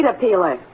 peeler